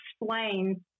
explain